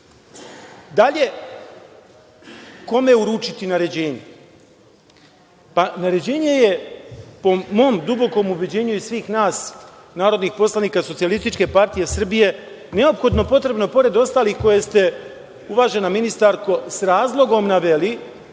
posledica. Kome uručiti naređenje? Naređenje je, po mom dubokom ubeđenju i svih nas narodnih poslanika SPS, neophodno potrebno, pored ostalih koje ste, uvažena ministarko, s razlogom naveli,